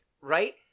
right